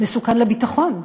מסוכן לביטחון,